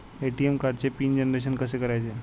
ATM कार्डचे PIN generation कसे करायचे?